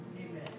amen